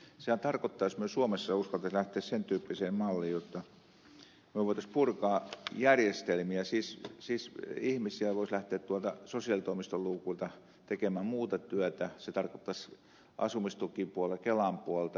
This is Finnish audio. sehän tarkoittaa jos me suomessa uskaltaisimme lähteä sen tyyppiseen malliin jotta me voisimme purkaa järjestelmiä siis ihmisiä voisi lähteä tuolta sosiaalitoimiston luukuilta tekemään muuta työtä se tarkoittaisi asumistukipuolta kelan puolta